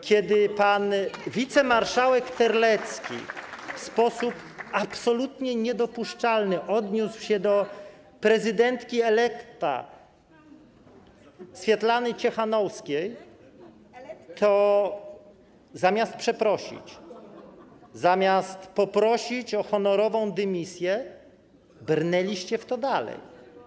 Kiedy pan wicemarszałek Terlecki w sposób absolutnie niedopuszczalny odniósł się do prezydentki elekta, Swiatłany Cichanouskiej, to zamiast przeprosić, zamiast poprosić o honorową dymisję, brnęliście w to dalej.